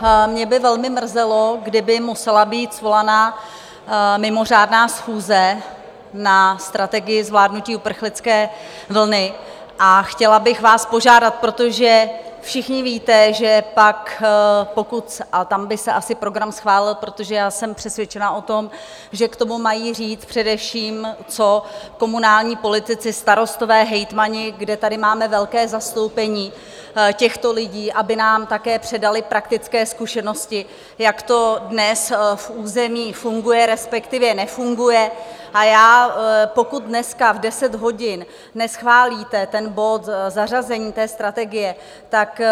Mě by velmi mrzelo, kdyby musela být svolaná mimořádná schůze na strategii zvládnutí uprchlické vlny, a chtěla bych vás požádat, protože všichni víte, že pak a tam by se asi program schválil, protože jsem přesvědčena o tom, že k tomu mají co říct především komunální politici, starostové, hejtmani, kde tady máme velké zastoupení těchto lidí, aby nám také předali praktické zkušenosti, jak to dnes v území funguje, respektive nefunguje a já, pokud dneska v deset hodin neschválíte ten bod, zařazení té strategie, tak...